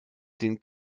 den